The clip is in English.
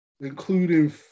including